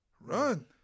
run